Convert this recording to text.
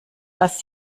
was